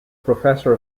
professor